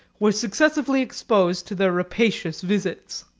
were successively exposed to their rapacious visits.